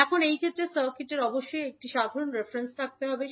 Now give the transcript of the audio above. এখন এই ক্ষেত্রে সার্কিটের অবশ্যই একটি সাধারণ রেফারেন্স থাকতে হবে